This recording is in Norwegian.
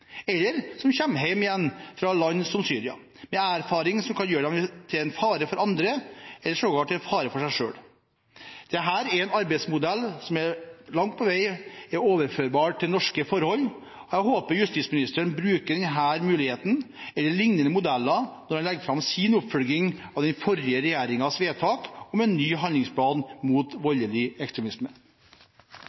eller som kommer hjem igjen fra land som Syria med erfaringer som kan gjøre dem til en fare for andre, eller sågar til en fare for seg selv. Dette er en arbeidsmodell som langt på vei er overførbar til norske forhold. Jeg håper justisministeren bruker denne muligheten eller lignende modeller når han legger fram sin oppfølging av den forrige regjeringens vedtak om en ny handlingsplan mot voldelig ekstremisme.